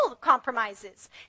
compromises